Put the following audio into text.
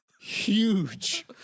huge